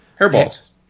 hairballs